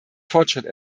fortschritt